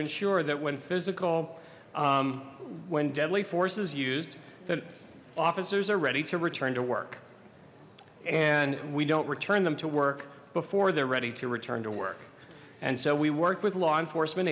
ensure that when physical when deadly force is used that officers are ready to return to work and we don't return them to work before they're ready to return to work and so we work with law enforcement